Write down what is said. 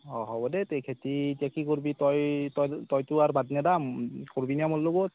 অঁ হ'বদে তে খেতি এতিয়া কি কৰিবি তই তই তইতো আৰু বাদ নিদিয়া কৰিবিনে মোৰ লগত